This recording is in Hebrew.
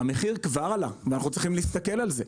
המחיר כבר עלה ואנחנו צריכים להסתכל על זה.